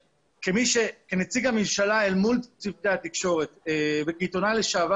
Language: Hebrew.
כנציג הממשלה אל מול צוותי התקשורת וכעיתונאי לשעבר